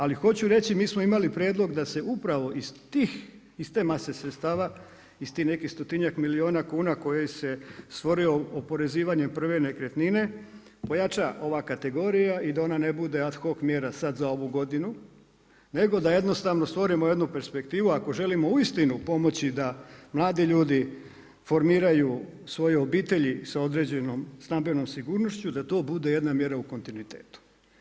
Ali hoću reći mi smo imali prijedlog da se upravo iz te mase sredstava iz tih nekih stotinjak milijuna kuna koji se stvorio oporezivanjem prve nekretnine pojača ova kategorija i da ona ne bude ad hoc mjera sada za ovu godinu nego da jednostavno stvorimo jednu perspektivu ako želimo uistinu pomoći da mladi ljudi formiraju svoje obitelji sa određenom stambenom sigurnošću da to bude jedna mjera u kontinuitetu.